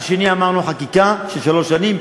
השני, אמרנו, חקיקה על שלוש שנים.